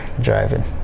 driving